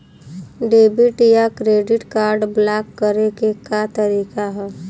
Debit या credit card block करे के का तरीका ह?